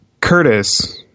Curtis